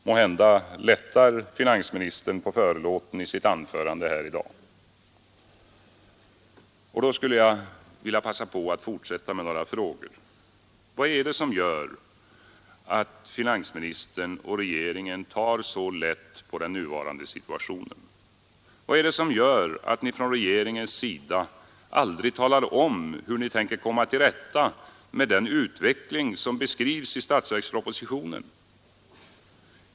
Måhända lättar finansministern på förlåten i sitt anförande här i dag. Och då skulle jag vilja passa på att fortsätta med några frågor. Vad är det som gör att finansministern och regeringen tar så lätt på den nuvarande situationen? Vad är det som gör att ni från regeringens sida aldrig talar om hur ni tänker komma till rätta med den utveckling som beskrivs i statsverkspropositionen?